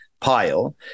pile